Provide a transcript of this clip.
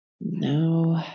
No